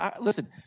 Listen